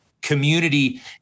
community